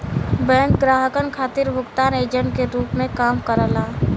bank ग्राहकन खातिर भुगतान एजेंट के रूप में काम करला